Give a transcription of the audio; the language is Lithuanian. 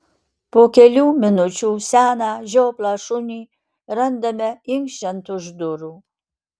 po kelių minučių seną žioplą šunį randame inkščiant už durų